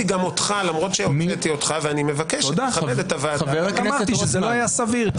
אני ביקשתי שתחזור --- רק אמרתי שזה לא סביר היה,